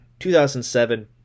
2007